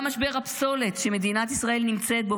גם משבר הפסולת שמדינת ישראל נמצאת בו